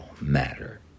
matter